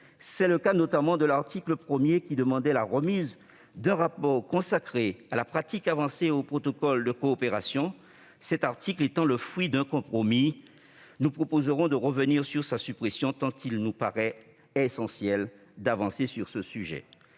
C'est le cas notamment de l'article 1 qui visait la remise d'un rapport consacré à la pratique avancée et aux protocoles de coopération. Cet article étant le fruit d'un compromis, nous proposerons de revenir sur sa suppression, tant il nous paraît essentiel d'avancer sur le sujet.